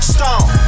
Stone